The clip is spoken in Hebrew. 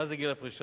מה זה גיל הפרישה?